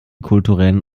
kulturellen